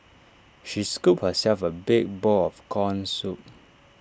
she scooped herself A big bowl of Corn Soup